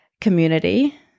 community